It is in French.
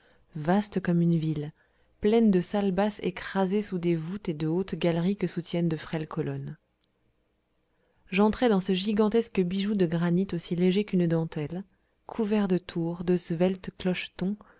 vaste comme une ville pleine de salles basses écrasées sous des voûtes et de hautes galeries que soutiennent de frêles colonnes j'entrai dans ce gigantesque bijou de granit aussi léger qu'une dentelle couvert de tours de sveltes clochetons